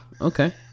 Okay